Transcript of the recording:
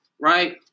right